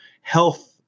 health